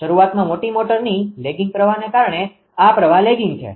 શરૂઆતમાં મોટી મોટરના લેગીંગ પ્રવાહને કારણે આ પ્રવાહ લેગિંગ છે